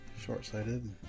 Short-sighted